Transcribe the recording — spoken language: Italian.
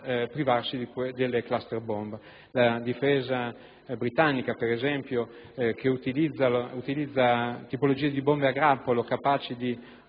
privarsi delle *cluster bomb*: la Difesa britannica, ad esempio, che utilizza bombe a grappolo capaci di